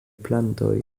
plantoj